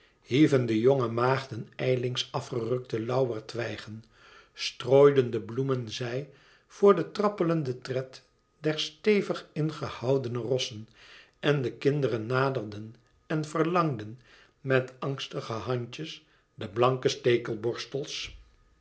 hieven de jonge maagden ijlings afgerukte lauweretwijgen strooiden de bloemen zij voor den trappelenden tred der stevig ingehoudene rossen en de kinderen naderden en verlangden met angstige handjes de blanke